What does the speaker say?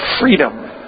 freedom